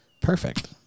Perfect